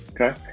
Okay